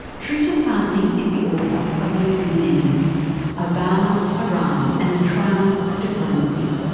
trita parsi is the author of losing an enemy obama, iran, and the triumph of diplomacy.